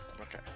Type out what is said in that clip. Okay